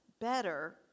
better